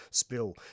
spill